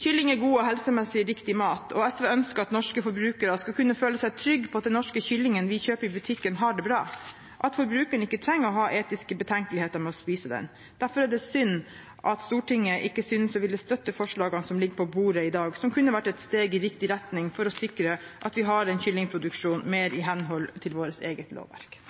Kylling er god og helsemessig riktig mat, og SV ønsker at norske forbrukere skal kunne føle seg trygg på at den norske kyllingen vi kjøper i butikken, har det bra – at forbrukeren ikke trenger å ha etiske betenkeligheter med å spise den. Derfor er det synd at Stortinget ikke synes å ville støtte forslagene som ligger på bordet i dag, som kunne vært et steg i riktig retning for å sikre en kyllingproduksjon mer i henhold til vårt eget lovverk.